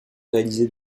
réalisé